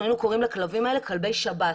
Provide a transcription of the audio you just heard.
היינו קוראים לכלבים האלה כלבי שב"ס,